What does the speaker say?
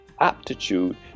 aptitude